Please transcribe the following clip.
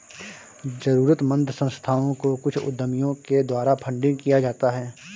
जरूरतमन्द संस्थाओं को कुछ उद्यमियों के द्वारा फंडिंग किया जाता है